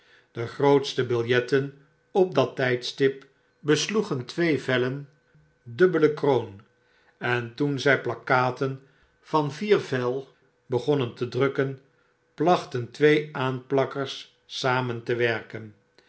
de grootste biljetten op dat tijdstip besloegen twee vellen dubbele kroon en toen zij plakkaten van vier vel begonnen te drukken plachten twee aanplakkers samen te werken